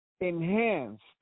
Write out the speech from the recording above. enhanced